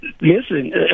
Listen